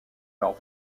leurs